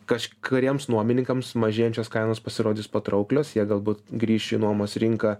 kažkuriems nuomininkams mažėjančios kainos pasirodys patrauklios jie galbūt grįš į nuomos rinką